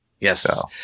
Yes